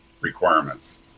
requirements